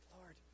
Lord